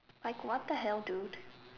like what the hell dude